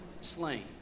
Slain